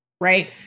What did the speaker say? right